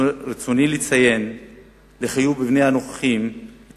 ברצוני לציין לחיוב בפני הנוכחים את